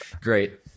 great